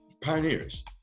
pioneers